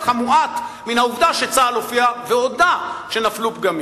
המועט מן העובדה שצה"ל הופיע והודה שנפלו פגמים.